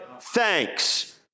thanks